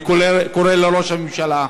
אני קורא לראש הממשלה,